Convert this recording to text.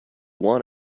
want